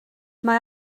mae